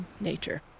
nature